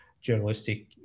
journalistic